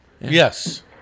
Yes